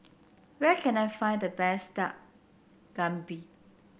where can I find the best Dak Galbi